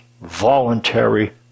voluntary